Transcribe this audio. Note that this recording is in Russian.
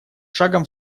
шагом